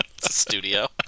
studio